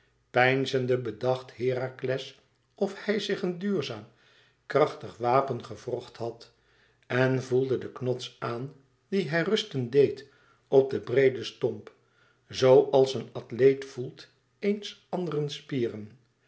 peinzende bedacht herakles of hij zich een duurzaam krachtig wapen gewrocht had en voelde den knots aan dien hij rusten deed op den breeden stomp zoo als een athleet voelt eens anderen spieren